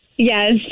Yes